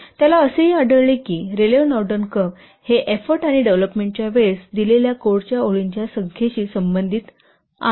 त्याला असेही आढळले की रेलेव्ह नॉर्डेन कर्व हे एफोर्ट आणि डेव्हलोपमेंट च्या वेळेस दिलेल्या कोडच्या ओळींच्या संख्येशी संबंधित आहे